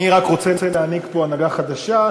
אני רק רוצה להנהיג פה הנהגה חדשה,